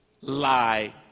Lie